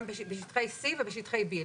גם בשטחי C ובשטחי B,